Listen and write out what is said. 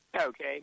Okay